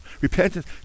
Repentance